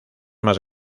más